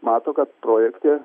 mato kad projekte